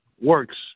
works